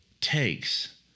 takes